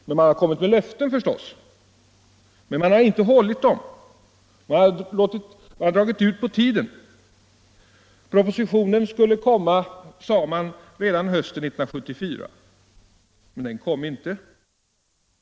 Man har kommit med löften, förstås, men man har inte hållit dem. Man har dragit ut på tiden. Propositionen skulle lämnas, sade man, redan hösten 1974, men den kom inte.